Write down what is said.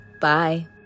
Bye